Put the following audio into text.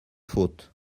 faute